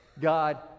God